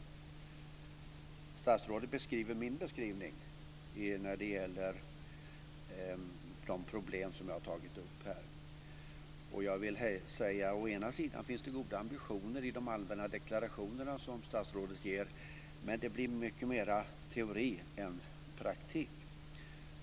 Statsrådet beskriver min beskrivning när det gäller de problem som jag har tagit upp här, och jag vill säga att det finns goda ambitioner i de allmänna deklarationer som statsrådet ger, men det blir mycket mera teori än praktik.